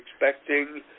expecting